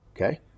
okay